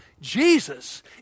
Jesus